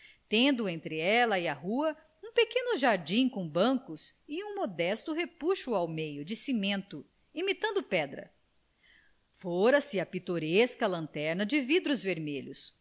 tendo entre ela e a rua um pequeno jardim com bancos e um modesto repuxo ao meio de cimento imitando pedra fora se a pitoresca lanterna de vidros vermelhos